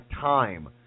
time